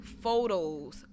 photos